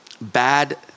bad